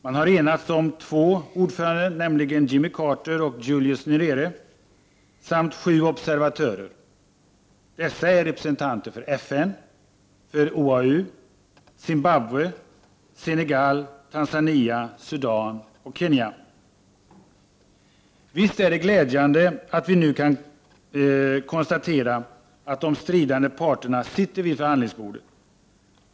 Man har enats om två ordförande, nämligen Jimmy Carter och Julius Nyerere, samt sju observatörer. Dessa är representanter för FN, OAU, Zimbabwe, Senegal, Tanzania, Sudan och Kenya. Visst är det glädjande att vi nu kan konstatera att de stridande parterna sitter vid förhandlingsbordet.